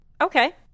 Okay